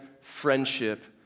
friendship